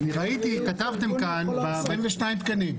22 תקנים.